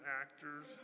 actors